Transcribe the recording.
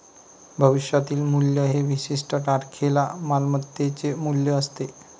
भविष्यातील मूल्य हे विशिष्ट तारखेला मालमत्तेचे मूल्य असते